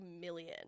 million